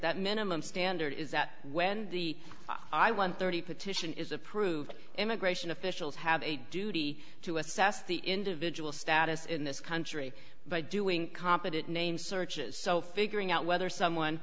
that minimum standard is that when the i one hundred and thirty dollars petition is approved immigration officials have a duty to assess the individual status in this country by doing competent name searches so figuring out whether someone